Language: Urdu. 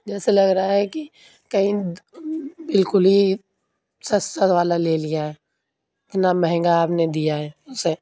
جیسے لگ رہا ہے کہ کہیں بالکل ہی سستا والا لے لیا ہے اتنا مہنگا آپ نے دیا ہے اسے